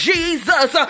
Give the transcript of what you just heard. Jesus